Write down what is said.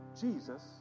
Jesus